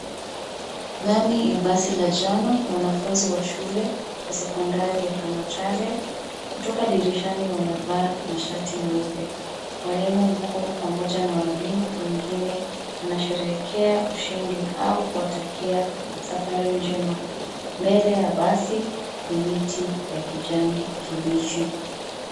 Ndani ya basi la njano ya wanafunzi wa shule la sekondari ya Kamacharia kutoka dirishani wamevaa mashati meupe. Mwalimu mkuu pamoja na walimu wengine wanasherehekea ushindi au kuwatakia safari njema, mbele ya basi ni miti ya kijani kibichi.